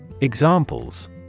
Examples